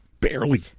barely